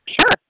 Sure